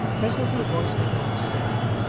presently a voice began to sing,